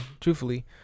truthfully